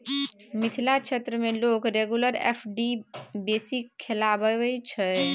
मिथिला क्षेत्र मे लोक रेगुलर एफ.डी बेसी खोलबाबै छै